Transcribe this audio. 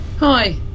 Hi